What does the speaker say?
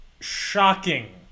shocking